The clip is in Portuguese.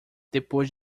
depois